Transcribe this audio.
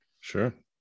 sure